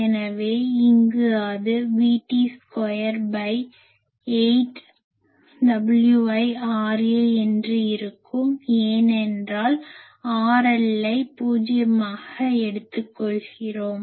எனவே இங்கு அது V2T8WiRA என்று இருக்கும் ஏனென்றால் RLஐ பூஜ்ஜியமாக எடுத்துக் கொள்கிறோம்